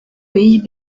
pays